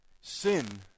sin